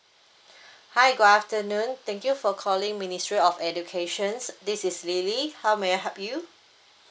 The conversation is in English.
hi good afternoon thank you for calling ministry of education is this is lily how may I help you